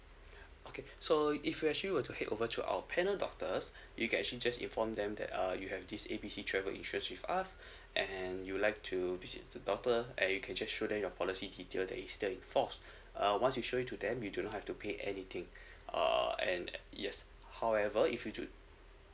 okay so if you actually were to head over to our panel doctors you can actually just inform them that uh you have this A B C travel insurance with us and you like to visit the doctor and you can just show them your policy detail that is still in forced uh once you show it to them you do not have to pay anything uh and yes however if you choose